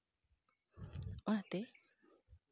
ᱚᱱᱟᱛᱮ